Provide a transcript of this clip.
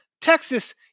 Texas